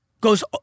Goes